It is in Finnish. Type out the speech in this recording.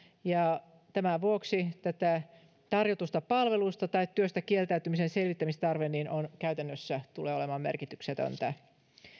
ja tämän vuoksi tästä tarjotusta palvelusta tai työstä kieltäytymisen selvittämistarve käytännössä tulee olemaan merkityksetöntä